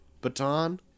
baton